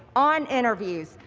on interviews,